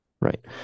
right